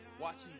watching